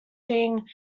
being